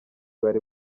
bari